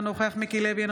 אינו נוכח מיקי לוי,